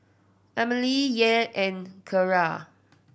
Emilie Yael and Keara